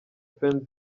fans